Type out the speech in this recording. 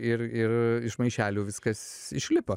ir ir iš maišelių viskas išlipo